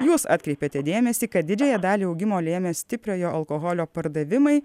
jūs atkreipėte dėmesį kad didžiąją dalį augimo lėmė stipriojo alkoholio pardavimai